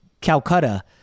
Calcutta